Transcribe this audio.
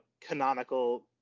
canonical